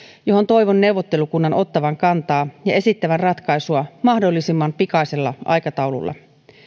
johon toivon neuvottelukunnan ottavan kantaa ja esittävän ratkaisua mahdollisimman pikaisella aikataululla